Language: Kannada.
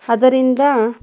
ಅದರಿಂದ